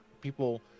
people